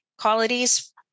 qualities